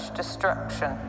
destruction